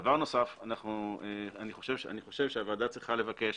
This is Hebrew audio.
בנוסף, אני חושב שהוועדה צריכה לבקש